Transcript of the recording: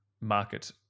market